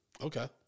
Okay